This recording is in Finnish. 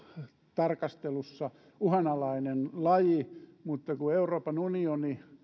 tarkastelussa uhanalainen laji mutta kun euroopan unioni